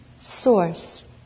source